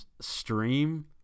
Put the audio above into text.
stream